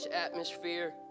Atmosphere